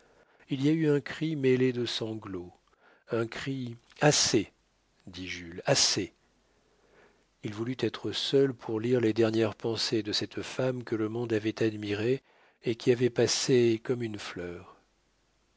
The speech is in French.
il y a eu un cri mêlé de sanglots un cri assez dit jules assez il voulut être seul pour lire les dernières pensées de cette femme que le monde avait admirée et qui avait passé comme une fleur